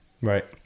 right